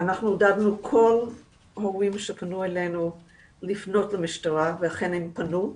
אנחנו עודדנו את כל ההורים שפנו אלינו לפנות למשטרה ולכן הם פנו.